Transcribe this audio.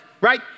right